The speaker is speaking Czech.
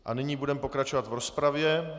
A nyní budeme pokračovat v rozpravě.